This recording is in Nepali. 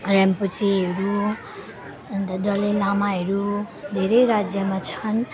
रेम्पोचेहरू अन्त दलाई लामाहरू धरै राज्यमा छन्